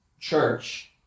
church